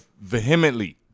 vehemently